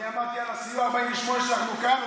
אני אמרתי על סיוע 48 שאנחנו כאן,